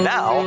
Now